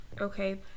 okay